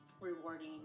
rewarding